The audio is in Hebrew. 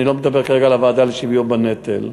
אני לא מדבר כרגע על הוועדה לשוויון בנטל.